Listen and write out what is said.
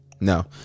No